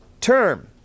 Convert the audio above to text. term